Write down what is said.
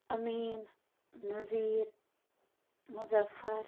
Amin Nazir Muzaffar